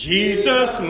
Jesus